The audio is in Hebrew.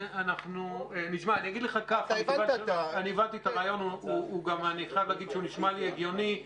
אני הבנתי את הרעיון והוא נשמע לי הגיוני.